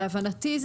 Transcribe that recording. להבנתי,